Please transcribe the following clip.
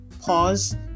pause